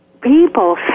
people